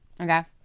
Okay